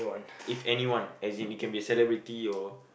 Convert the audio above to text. if anyone as in it can be a celebrity or